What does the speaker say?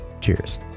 Cheers